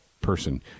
person